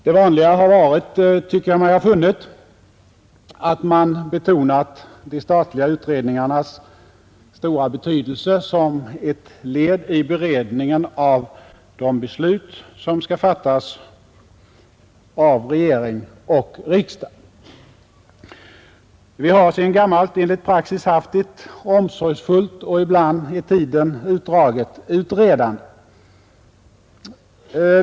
Det vanliga har varit, tycker jag mig ha funnit, att man betonat de statliga utredningarnas stora betydelse som ett led i beredningen av de beslut som skall fattas av regering och riksdag. Vi har sedan gammalt enligt praxis haft ett omsorgsfullt och ibland i tiden utdraget utredande.